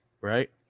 Right